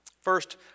First